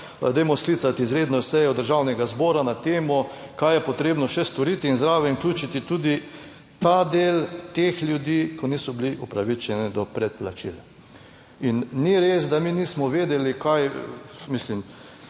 dajmo sklicati izredno sejo Državnega zbora na temo, kaj je potrebno še storiti in zraven vključiti tudi ta del teh ljudi, ki niso bili upravičeni do predplačil. In ni res, da mi nismo vedeli kaj mislim